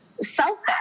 selfish